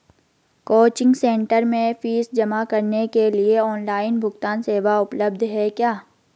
Coaching centre में फीस जमा करने के लिए ऑनलाइन भुगतान सेवा उपलब्ध है क्या?